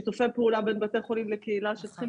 שיתופי הפעולה בין בתי החולים והקהילה שצריכים